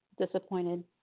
disappointed